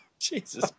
Jesus